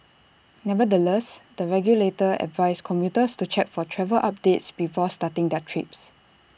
nevertheless the regulator advised commuters to check for travel updates before starting their trips